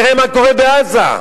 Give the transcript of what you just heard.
תראה מה קורה בעזה,